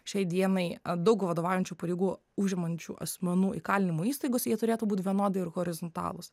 šiai dienai a daug vadovaujančių pareigų užimančių asmenų įkalinimo įstaigose jie turėtų būt vienodai ir horizontalūs